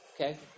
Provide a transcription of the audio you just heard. Okay